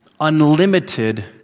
unlimited